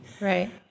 Right